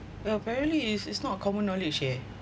apparently is is not a common knowledge yeah